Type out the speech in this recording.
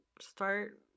start